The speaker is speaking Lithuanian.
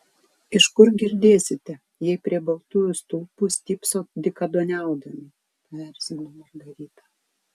iš kur girdėsite jei prie baltųjų stulpų stypsot dykaduoniaudami paerzino margarita